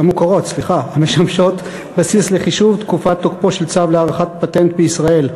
המוכרות המשמשות בסיס לחישוב תקופת תוקפו של צו להארכת פטנט בישראל.